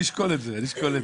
אני אשקול את זה.